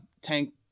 tank